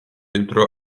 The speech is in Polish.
jutro